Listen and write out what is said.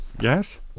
yes